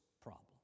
problem